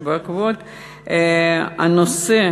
שבעקבות העלאת הנושא,